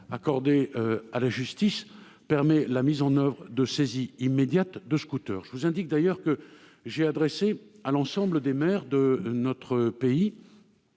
accordé à la justice, permet la mise en oeuvre de saisies immédiates de scooters. Je vous indique d'ailleurs que j'ai demandé à l'ensemble des maires de notre pays